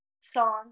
song